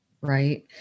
Right